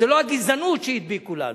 וזה לא הגזענות שהדביקו לנו.